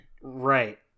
Right